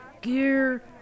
gear